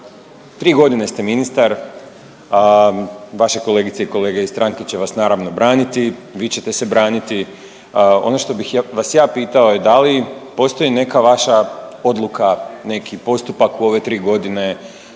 3.g. ste ministar, a vaše kolegice i kolege iz stranke će vas naravno braniti, vi ćete se braniti, ono što bih vas ja pitao je da li postoji neka vaša odluka, neki postupak u ove 3.g. koji